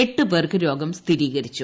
എട്ട് പേർക്ക് രോഗം സ്ഥിരീകരിച്ചു